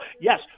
Yes